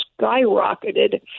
skyrocketed